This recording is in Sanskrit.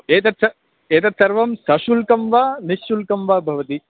एतत् स एतत् सर्वं सशुल्कं वा निःशुल्कं वा भवति